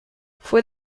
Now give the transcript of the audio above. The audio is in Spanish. fue